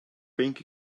bank